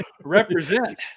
Represent